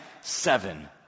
seven